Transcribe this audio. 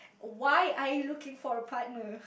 why are you looking for a partner